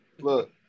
Look